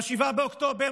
ב-7 באוקטובר,